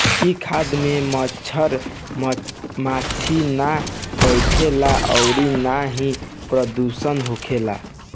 इ खाद में मच्छर माछी ना बढ़ेला अउरी ना ही प्रदुषण होखेला